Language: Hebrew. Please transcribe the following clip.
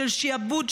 של שיעבוד,